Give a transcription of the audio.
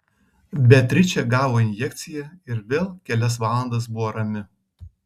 beatričė gavo injekciją ir vėl kelias valandas buvo rami